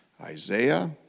Isaiah